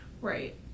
Right